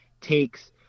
takes